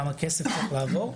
כמה כסף צריך לעבור,